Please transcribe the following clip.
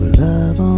love